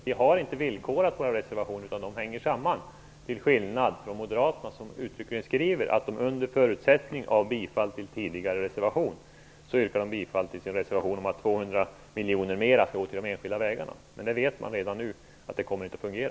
Fru talman! Vi har inte villkorat våra reservationer, utan de hänger samman till skillnad från Moderaternas, där man uttryckligen skriver att de under förutsättning av bifall till tidigare reservation yrkar bifall till sin reservation om att 200 miljoner mer skall gå till de enskilda vägarna. Men man vet redan nu att det inte kommer att fungera.